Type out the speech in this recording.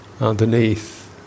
underneath